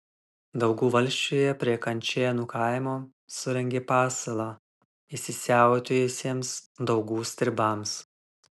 daugų valsčiuje prie kančėnų kaimo surengė pasalą įsisiautėjusiems daugų stribams